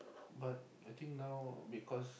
but I think now because